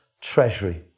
treasury